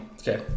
okay